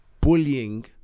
bullying